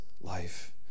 life